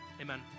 Amen